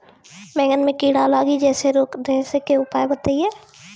बैंगन मे कीड़ा लागि जैसे रोकने के उपाय बताइए?